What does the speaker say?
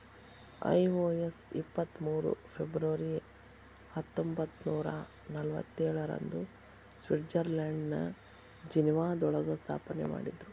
IOS ಇಪ್ಪತ್ ಮೂರು February ಹತ್ತೊಂಬತ್ನೂರಾ ನಲ್ವತ್ತೇಳ ರಂದು ಸ್ವಿಟ್ಜರ್ಲೆಂಡ್ನ ಜಿನೇವಾದೊಳಗ ಸ್ಥಾಪನೆಮಾಡಿದ್ರು